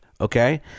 okay